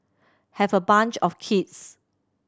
have a bunch of kids